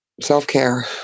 Self-care